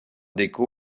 déco